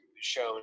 shown